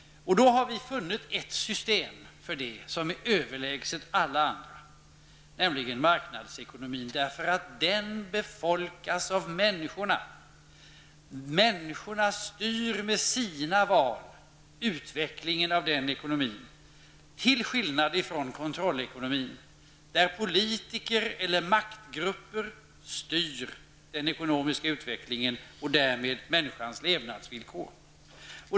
Vi har funnit ett system för det som är överlägset alla andra, nämligen marknadsekonomin; den befolkas av människorna, människorna styr med sina val utvecklingen av den ekonomin, till skillnad från vad som är fallet i kontrollekonomin, där politiker eller maktgrupper styr den ekonomiska utvecklingen och därmed människans levnadsvillkor.